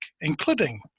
including